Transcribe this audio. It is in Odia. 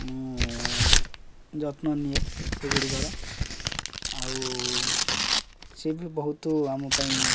ମୁଁ ଯତ୍ନ ନିଏ ସେଗୁଡ଼ିକର ଆଉ ସେ ବି ବହୁତ ଆମ ପାଇଁ